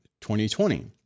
2020